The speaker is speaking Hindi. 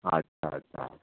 अच्छा अच्छा